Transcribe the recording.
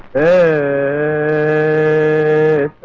a